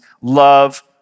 love